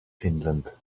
finland